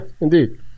indeed